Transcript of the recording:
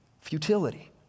futility